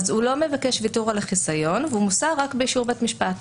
הוא לא מבקש ויתור על החיסיון והוא מוסר רק באישור בית משפט.